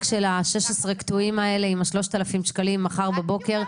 של 16 הקטועים האלה עם ה-3,000 שקלים מחר בבוקר?